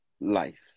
life